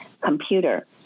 computer